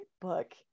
book